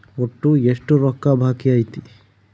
ಒಟ್ಟು ಎಷ್ಟು ರೊಕ್ಕ ಬಾಕಿ ಐತಿ?